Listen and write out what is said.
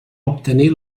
obtenir